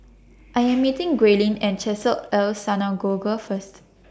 I Am meeting Grayling At Chesed El Synagogue First